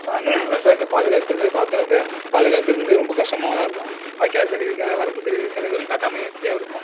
விவசாயத்தை பாதுகாக்கிறது பாசனத்தை பாதுகாக்கிறதுங்குறது ரொம்ப கஷ்டமானதாக இருக்கும் வாய்க்கால் சரி இருக்காது வரப்பு சரி இருக்காது வெறும் காட்டாமணி செடியாக இருக்கும்